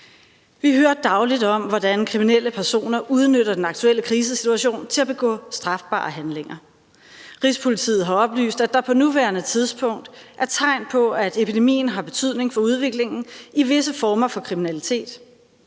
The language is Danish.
Vi hører dagligt om, hvordan kriminelle personer udnytter den aktuelle krisesituation til at begå strafbare handlinger. Rigspolitiet har oplyst, at der på nuværende tidspunkt er tegn på, at epidemien har betydning for udviklingen i visse former for kriminalitet: